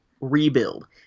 rebuild